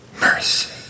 Mercy